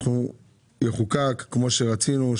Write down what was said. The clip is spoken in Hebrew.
החוק יחוקק כמו שרצינו,